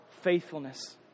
faithfulness